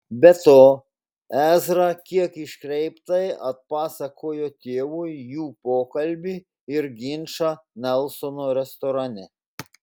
be to ezra kiek iškreiptai atpasakojo tėvui jų pokalbį ir ginčą nelsono restorane